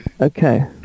okay